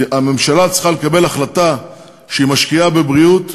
הממשלה צריכה לקבל החלטה שהיא משקיעה בבריאות,